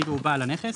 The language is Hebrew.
כאילו הוא בעל הנכס,